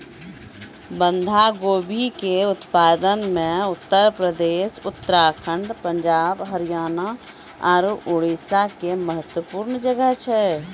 बंधा गोभी के उत्पादन मे उत्तर प्रदेश, उत्तराखण्ड, पंजाब, हरियाणा आरु उड़ीसा के महत्वपूर्ण जगह छै